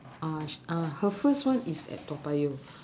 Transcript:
uh uh her first one is at toa payoh